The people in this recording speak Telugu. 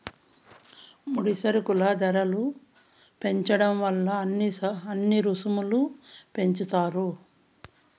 ముడి సరుకుల ధరలు పెరగడం వల్ల అన్ని రుసుములు పెంచుతారు